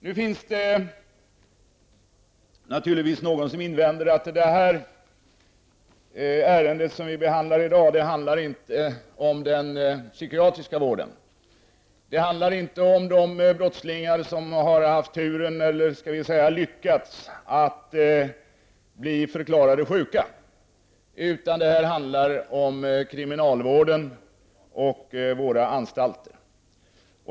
Nu finns det naturligtvis några som invänder att det ärende vi behandlar i dag inte handlar om den psykiatriska vården. Ärendet handlar inte om de brottslingar som har haft turen eller lyckats att bli förklarade sjuka. Det handlar om kriminalvården och våra anstalter.